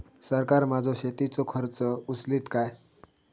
सरकार माझो शेतीचो खर्च उचलीत काय?